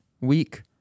week